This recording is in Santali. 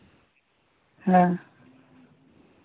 ᱦᱮᱸ